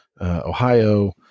Ohio